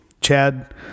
Chad